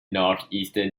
northeastern